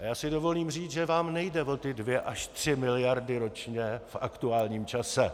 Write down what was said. A já si dovolím říct, že vám nejde o ty dvě až tři miliardy ročně v aktuálním čase.